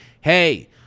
Hey